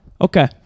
Okay